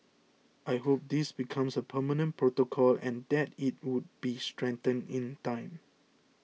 I hope this becomes a permanent protocol and that it would be strengthened in time